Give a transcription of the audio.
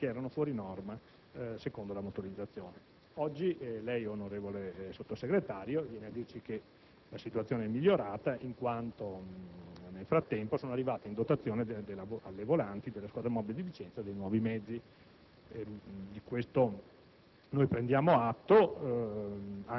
non erano utilizzabili e che anzi talvolta erano fuori norma secondo la motorizzazione. Oggi lei, onorevole Sottosegretario, viene a dirci che la situazione è migliorata in quanto nel frattempo sono arrivate in dotazione alle volanti della squadra mobile di Vicenza dei nuovi mezzi.